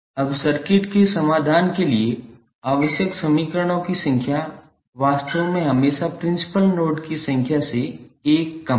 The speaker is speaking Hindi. अब सर्किट के समाधान के लिए आवश्यक समीकरणों की संख्या वास्तव में हमेशा प्रिंसिपल नोड की संख्या से 1 कम है